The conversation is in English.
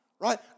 right